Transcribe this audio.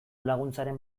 laguntzaren